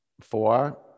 four